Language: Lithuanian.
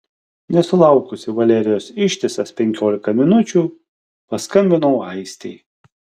nesulaukusi valerijos ištisas penkiolika minučių paskambinau aistei